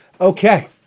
okay